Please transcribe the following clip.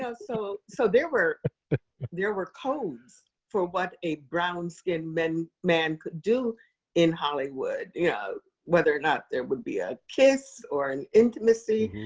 so so so there were there were codes for what a brown skinned man man could do in hollywood. you know whether or not there would be a kiss or an intimacy.